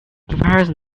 comparison